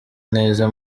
neza